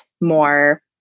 more